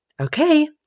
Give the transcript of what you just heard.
okay